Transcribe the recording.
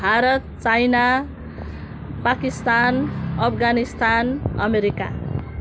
Bharat China Pakistan Afghanistan America